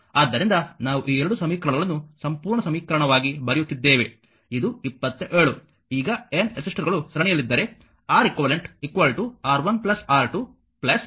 ಆದ್ದರಿಂದ ನಾವು ಈ ಎರಡು ಸಮೀಕರಣಗಳನ್ನು ಸಂಪೂರ್ಣ ಸಮೀಕರಣವಾಗಿ ಬರೆಯುತ್ತಿದ್ದೇವೆ ಇದು 27 ಈಗ N ರೆಸಿಸ್ಟರ್ಗಳು ಸರಣಿಯಲ್ಲಿದ್ದರೆ R eq R1 R2 Rn ಆಗಿರುತ್ತದೆ